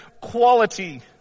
quality